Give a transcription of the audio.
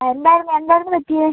ആ എന്തായിരുന്നു എന്തായിരുന്നു പറ്റിയത്